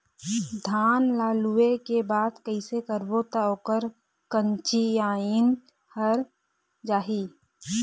धान ला लुए के बाद कइसे करबो त ओकर कंचीयायिन हर जाही?